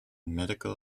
medical